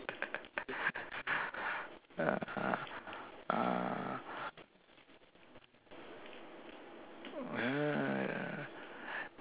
ah